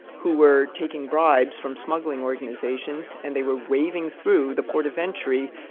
who were taking bribes from smuggling organizations and they were waving through the port of entry,